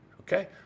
Okay